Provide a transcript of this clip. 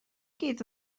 gyd